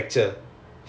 tear tear